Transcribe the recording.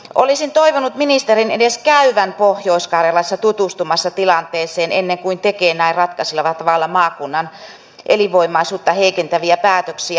olisin toivonut ministerin edes käyvän pohjois karjalassa tutustumassa tilanteeseen ennen kuin tekee näin ratkaisevalla tavalla maakunnan elinvoimaisuutta heikentäviä päätöksiä